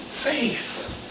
Faith